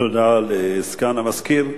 תודה לסגן המזכיר.